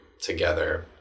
together